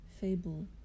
fable